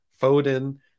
Foden